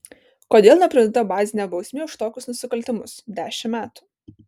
kodėl nepridėta bazinė bausmė už tokius nusikaltimus dešimt metų